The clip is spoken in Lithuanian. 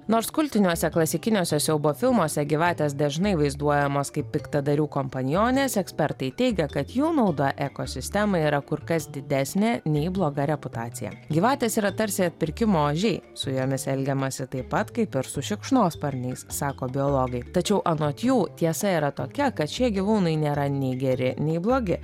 nors kultiniuose klasikiniuose siaubo filmuose gyvatės dažnai vaizduojamos kaip piktadarių kompanjonės ekspertai teigia kad jų nauda ekosistemai yra kur kas didesnė nei bloga reputacija gyvatės yra tarsi atpirkimo ožiai su jomis elgiamasi taip pat kaip ir su šikšnosparniais sako biologai tačiau anot jų tiesa yra tokia kad šie gyvūnai nėra nei geri nei blogi